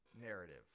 narrative